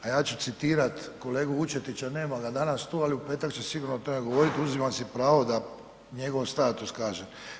A ja ću citirat kolegu Vučetića, nema ga danas tu, ali u petak će sigurno o tome govorit, uzimam si pravo da njegov status kažem.